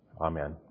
Amen